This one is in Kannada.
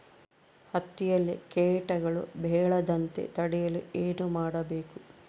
ಹತ್ತಿಯಲ್ಲಿ ಕೇಟಗಳು ಬೇಳದಂತೆ ತಡೆಯಲು ಏನು ಮಾಡಬೇಕು?